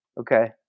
Okay